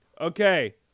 Okay